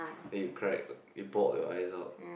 then you cried you pop your eyes out